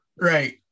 Right